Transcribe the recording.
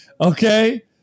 Okay